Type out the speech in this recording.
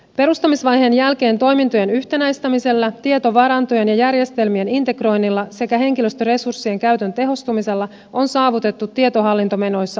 perustamisvaiheen jälkeen toimintojen yhtenäistämisellä tietovarantojen ja järjestelmien integroinnilla sekä henkilöstöresurssien käytön tehostumisella on saavutettu tietohallintomenoissa aleneva suunta